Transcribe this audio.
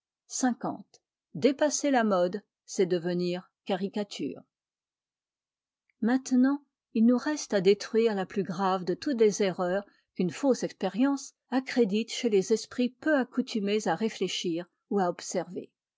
dépasser la mode c'est devenir caricature maintenant il nous reste à détruire la plus grave de toutes les erreurs qu'une faussa expérience accrédite chez les esprits peu accoutumés à réfléchir ou à observer